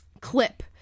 clip